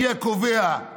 מי הקובע,